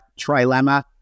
trilemma